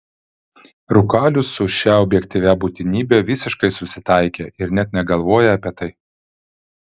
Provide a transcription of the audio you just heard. rūkalius su šia objektyvia būtinybe visiškai susitaikė ir net negalvoja apie tai